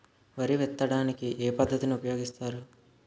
వరి విత్తడానికి ఏ పద్ధతిని ఉపయోగిస్తారు?